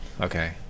Okay